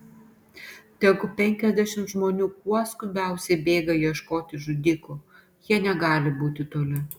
tegu penkiasdešimt žmonių kuo skubiausiai bėga ieškoti žudikų jie negali būti toli